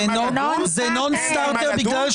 הנימה, ומעולם לא הסכמנו לפסקת התגברות ברוב הזה.